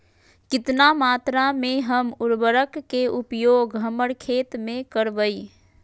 कितना मात्रा में हम उर्वरक के उपयोग हमर खेत में करबई?